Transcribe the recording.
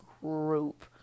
group